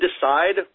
decide